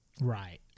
Right